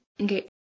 Okay